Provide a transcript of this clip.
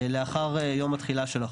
לאחר יום התחילה של החוק.